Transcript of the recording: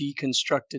deconstructed